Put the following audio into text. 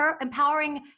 empowering